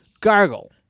Gargle